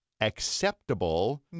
acceptable